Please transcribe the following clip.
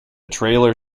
trailer